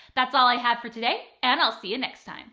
that's all i have for today and i'll see you next time.